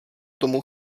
tomu